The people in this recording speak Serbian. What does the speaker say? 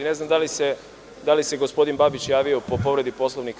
Ne znam da li se gospodin Babić javio po povredi Poslovnika.